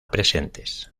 presentes